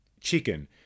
chicken